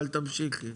אבל תמשיכי.